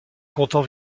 comptent